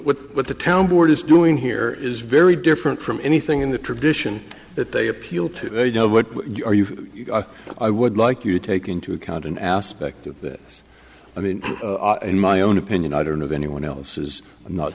would what the town board is doing here is very different from anything in the tradition that they appeal to you know what are you i would like you to take into account an aspect of this i mean in my own opinion i don't know of anyone else's